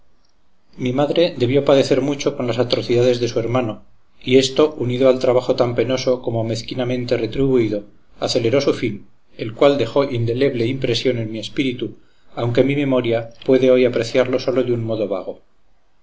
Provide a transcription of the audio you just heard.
mi madre debió padecer mucho con las atrocidades de su hermano y esto unido al trabajo tan penoso como mezquinamente retribuido aceleró su fin el cual dejó indeleble impresión en mi espíritu aunque mi memoria puede hoy apreciarlo sólo de un modo vago